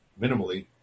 minimally